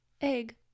egg